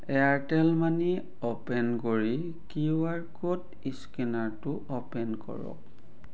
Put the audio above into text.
Airtel money open কৰি Q R code ইস্কেনাৰটো open কৰক